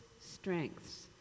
strengths